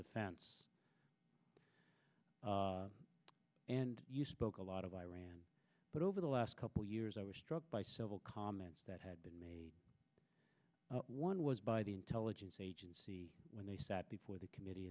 defense and you spoke a lot of iran but over the last couple years i was struck by several comments that had been made one was by the intelligence agency when they sat before the committee